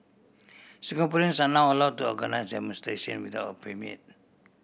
Singaporeans are now allow to organise demonstration without a permit